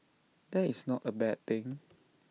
that is not A bad thing